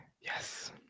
Yes